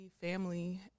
family